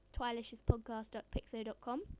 Twiliciouspodcast.pixo.com